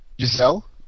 Giselle